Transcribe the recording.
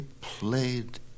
played